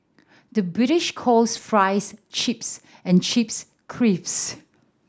the British calls fries chips and chips creeps